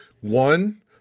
One